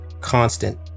constant